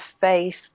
faith